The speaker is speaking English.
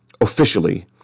officially